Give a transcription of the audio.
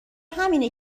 همینه